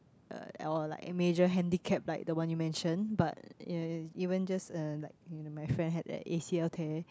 uh or like major handicap like the one you mention but ya even just a like my friend who had a A_C_L tear